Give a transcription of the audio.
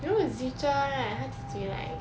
you know who is zicher right 他自己 like